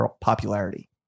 popularity